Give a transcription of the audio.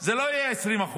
זה לא יהיה 20%,